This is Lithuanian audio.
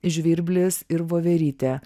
žvirblis ir voverytė